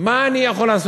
מה אני יכול לעשות?